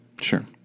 Sure